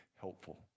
helpful